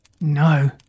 No